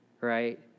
right